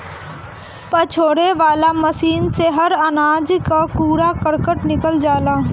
पछोरे वाला मशीन से हर अनाज कअ कूड़ा करकट निकल जाला